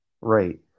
Right